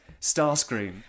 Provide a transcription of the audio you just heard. Starscream